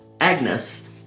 Agnes